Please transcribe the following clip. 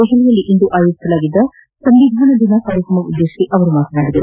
ದೆಹಲಿಯಲ್ಲಿಂದು ಆಯೋಜಿಸಲಾಗಿದ್ದ ಸಂವಿಧಾನ ದಿನ ಕಾರ್ಯಕ್ರಮ ಉದ್ದೇತಿಸಿ ಅವರು ಮಾತನಾಡಿದರು